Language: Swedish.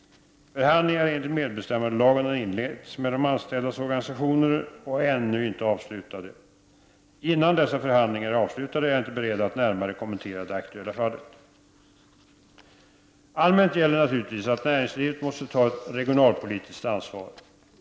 Förhandlingar enligt medbestämmandelagen har inletts med de anställdas organisationer och är ännu inte avslutade. Innan dessa förhandlingar är avslutade är jag inte beredd att närmare kommentera det aktuella fallet. Allmänt gäller naturligtvis att näringslivet måste ta ett regionalpolitiskt ansvar.